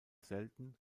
selten